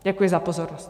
Děkuji za pozornost.